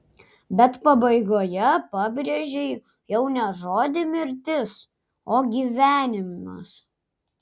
bet pabaigoje pabrėžei jau ne žodį mirtis o gyvenimas